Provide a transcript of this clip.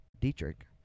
Dietrich